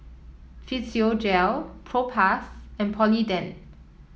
Physiogel Propass and Polident